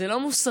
זה לא מוסרי,